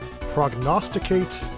prognosticate